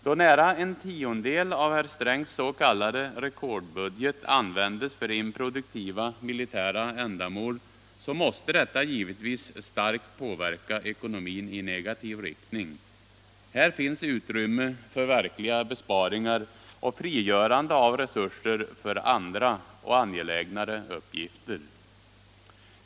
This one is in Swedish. Då nära en tiondel av herr Strängs s.k. rekordbudget användes för improduktiva militära ändamål måste detta givetvis starkt påverka ekonomin i negativ riktning. Här finns utrymme för verkliga besparingar och frigörande av resurser för andra och angelägnare uppgifter.